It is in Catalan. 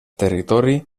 territori